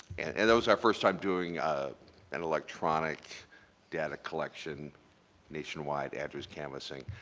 and that was our first time doing ah an electronic data collection nationwide address canvassing.